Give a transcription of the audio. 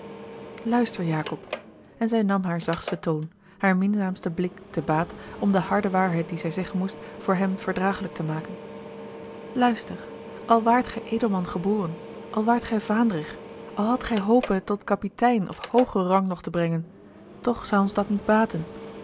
luister jacob en zij nam haar zachtsten toon haar minzaamsten blik te baat om de harde waarheid die zij zeggen moest voor hem verdragelijk te maken luister al waart gij edelman geboren al waart gij vaandrig al had gij hope het tot kapitein of hoogeren rang nog te brengen toch zou ons dat niet baten